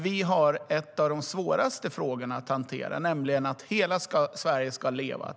Vi har en av de svåraste frågorna att hantera, nämligen att hela Sverige ska leva.